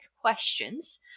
questions